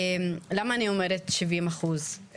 למה אני אומרת שבעים אחוז,